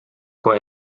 kui